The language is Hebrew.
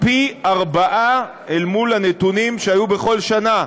פי ארבעה אל מול הנתונים שהיו בכל שנה.